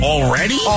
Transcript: Already